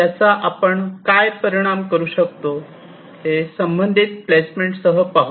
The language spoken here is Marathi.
याचा आपण काय परिणाम करू शकतो हे संबंधित प्लेसमेंटसह पाहू